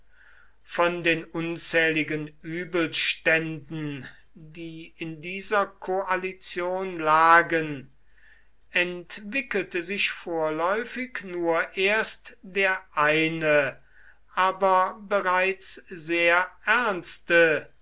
von den unzähligen übelständen die in dieser koalition lagen entwickelte sich vorläufig nur erst der eine aber bereits sehr ernste